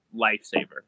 lifesaver